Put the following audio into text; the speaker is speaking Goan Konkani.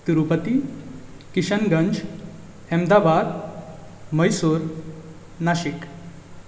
तिरूपती किशनगंज अहमहाबाद मैसूर नाशिक